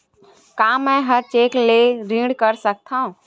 का मैं ह चेक ले ऋण कर सकथव?